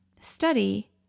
study